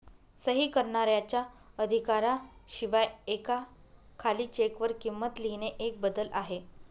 सही करणाऱ्याच्या अधिकारा शिवाय एका खाली चेक वर किंमत लिहिणे एक बदल आहे